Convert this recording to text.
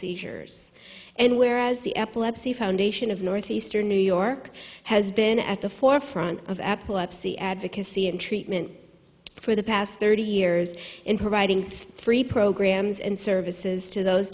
seizures and whereas the epilepsy foundation of north eastern new york has been at the forefront of epilepsy advocacy and treatment for the past thirty years in providing three programs and services to those